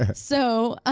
ah so ah